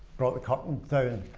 brought the curtains